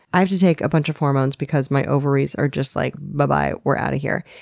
i have to take a bunch of hormones because my ovaries are just, like, buh-bye, we're outta here.